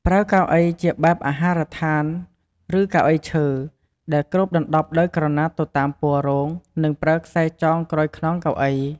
ប្រើកៅអីជាបែបអាហារដ្ឋានឬកៅអីឈើ ដែលគ្របដណ្តប់ដោយក្រណាត់ទៅតាមពណ៌រោង និងប្រើខ្សែចងក្រោយខ្នងកៅអី។